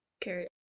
Carrot